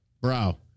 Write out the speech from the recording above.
bro